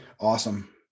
Awesome